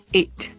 eight